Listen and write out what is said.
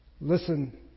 Listen